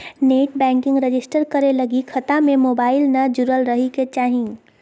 net banking register करे लगी खता में मोबाईल न जुरल रहइ के चाही